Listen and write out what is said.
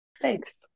Thanks